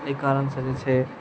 एहि कारण सऽ जे छै